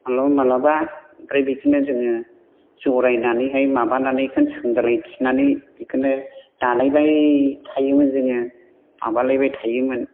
माब्लाबा माब्लाबा आमफ्राय बेखोनो जोङो जरायनानैहाय माबानानै एखौनो सोंलायथिनानै बेखौनो दालाबाय थायोमोन जोङो माबालायबाय थायोमोन